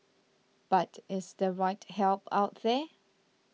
but is the right help out there